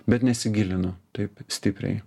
bet nesigilinu taip stipriai